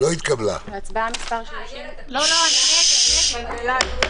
הצבעה ההסתייגות לא אושרה.